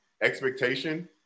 expectation